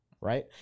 right